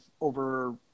over